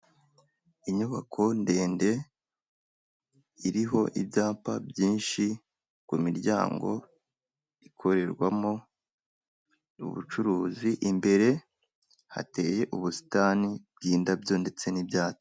Inyubako ndende iriho ibyapa byinshi ku miryango, ikorerwamo ubucuruzi. Imbere hateye ubusitani bw'indabyo ndetse n'ibyatsi.